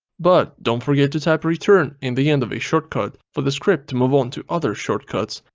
but, don't forget to type return in the end of a shortcut for the script to move on to other shortcuts.